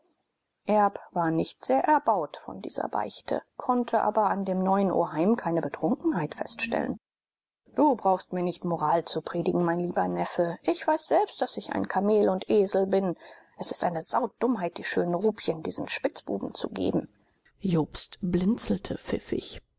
erb war nicht sehr erbaut von dieser beichte konnte aber an dem neuen oheim keine betrunkenheit feststellen du brauchst mir nicht moral zu predigen mein lieber neffe ich weiß selber daß ich ein kamel und esel bin es ist eine saudummheit die schönen rupien diesem spitzbuben zu geben jobst blinzelte pfiffig